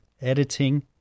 editing